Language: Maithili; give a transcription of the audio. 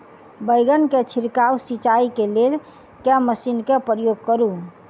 बैंगन केँ छिड़काव सिचाई केँ लेल केँ मशीन केँ प्रयोग करू?